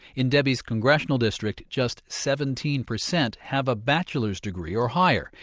in debbie's congressional district, just seventeen percent have a bachelor's degree or higher.